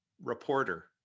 reporter